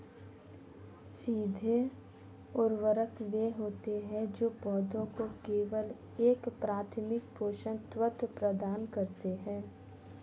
सीधे उर्वरक वे होते हैं जो पौधों को केवल एक प्राथमिक पोषक तत्व प्रदान करते हैं